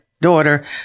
daughter